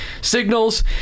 signals